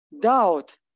doubt